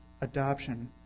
adoption